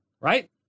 right